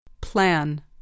Plan